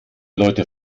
leute